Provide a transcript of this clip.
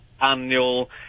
annual